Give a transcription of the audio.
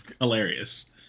hilarious